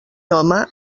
home